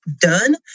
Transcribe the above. done